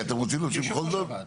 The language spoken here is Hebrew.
היי אתם רוצים להמשיך בכל זאת?